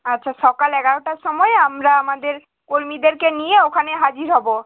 আচ্ছা সকাল এগারোটার সময় আমরা আমাদের কর্মীদেরকে নিয়ে ওখানে হাজির হবো